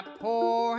poor